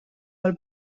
del